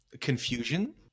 confusion